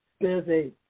busy